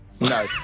No